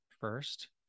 first